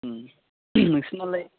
नोंसिनालाय